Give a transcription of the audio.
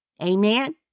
Amen